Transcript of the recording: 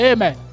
Amen